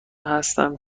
هستم